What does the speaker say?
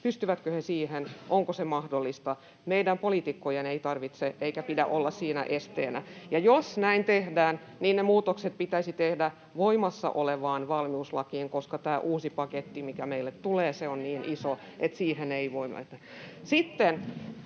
pystyvätkö he siihen, onko se mahdollista. Meidän poliitikkojen ei tarvitse eikä pidä olla siinä esteenä. Jos näin tehdään, niin ne muutokset pitäisi tehdä voimassa olevaan valmiuslakiin, koska tämä uusi paketti, mikä meille tulee, on niin iso, että siihen ei voi...